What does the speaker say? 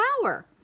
power